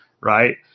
right